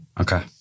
Okay